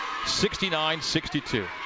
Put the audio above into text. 69-62